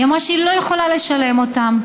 היא אמרה שהיא לא יכולה לשלם אותם.